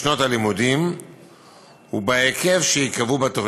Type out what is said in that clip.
בשנות הלימוד ובהיקף שייקבעו בתוכנית.